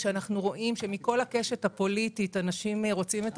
שאנחנו רואים שמכל הקשת הפוליטית אנשים רוצים את